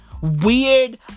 weird